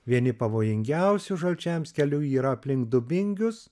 vieni pavojingiausių žalčiams kelių yra aplink dubingius